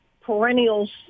perennials